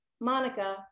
Monica